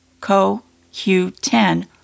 CoQ10